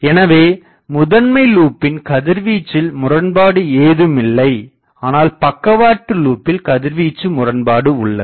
எனவே முதன்மை லூப்பின் கதிர்வீச்சில் முரண்பாடு ஏதுமில்லை ஆனால் பக்கவாட்டு லூப்பில் கதிர்வீச்சு முரண்பாடு உள்ளது